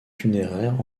funéraires